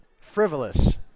Frivolous